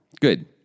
Good